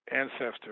ancestor